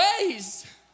ways